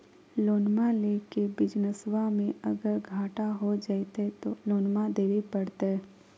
लोनमा लेके बिजनसबा मे अगर घाटा हो जयते तो लोनमा देवे परते?